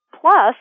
Plus